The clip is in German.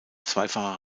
zweifacher